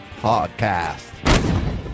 podcast